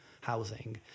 housing